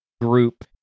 group